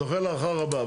זוכה להערכה רבה.